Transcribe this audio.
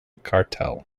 cartel